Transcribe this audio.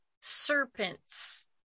serpents